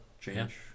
change